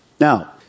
Now